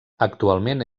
actualment